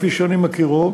כפי שאני מכירו,